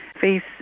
face